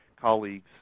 colleagues